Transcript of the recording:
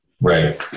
Right